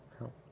No